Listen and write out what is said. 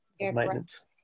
maintenance